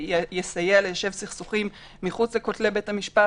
שיסייע ליישב סכסוכים מחוץ לכותלי בית המשפט.